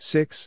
Six